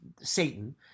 Satan